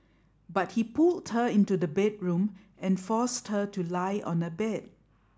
but he pulled her into the bedroom and forced her to lie on a bed